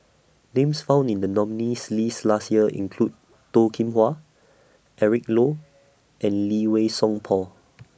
Names found in The nominees' list last Year include Toh Kim Hwa Eric Low and Lee Wei Song Paul